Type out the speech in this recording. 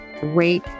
great